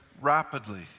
rapidly